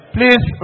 Please